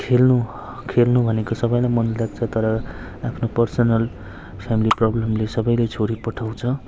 खेल्नु खेल्नु भनेको सबैलाई मनलाग्छ तर आफ्नो पर्सनल फ्यामिली प्रब्लमले सबैले छोडिपठाउँछ